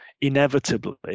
inevitably